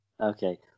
Okay